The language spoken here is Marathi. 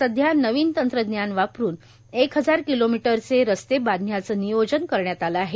सध्या नवीन तंत्रज्ञान वापरून एक हजार किलोमीटर रस्ते बांधण्याचे नियोजन करण्यात आले आहे